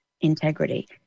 integrity